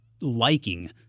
liking